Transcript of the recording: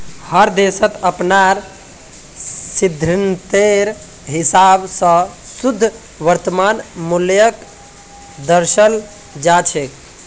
हर देशक अपनार सिद्धान्तेर हिसाब स शुद्ध वर्तमान मूल्यक दर्शाल जा छेक